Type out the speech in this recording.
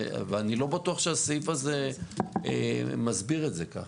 ואני לא בטוח שהסעיף הזה מסביר את זה כך.